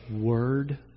Word